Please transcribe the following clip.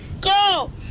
go